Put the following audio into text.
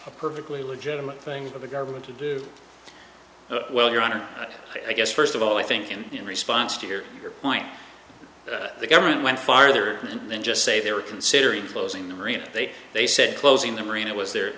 a perfectly legitimate thing for the government to do well your honor i guess first of all i think in your response to your point the government went farther than just say they were considering closing the marine they they said closing the marine it was their